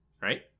Right